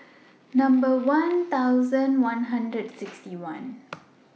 Number one thousand one hundred sixty one